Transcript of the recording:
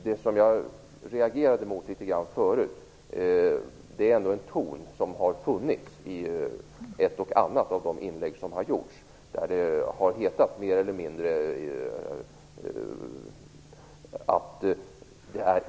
Det som jag tidigare reagerade litet grand emot är den ton som har funnits i ett och ett annat inlägg.